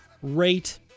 rate